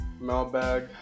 mailbag